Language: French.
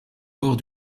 bord